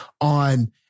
on